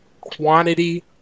quantity